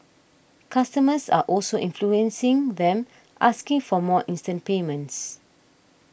customers are also influencing them asking for more instant payments